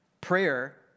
prayer